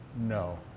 no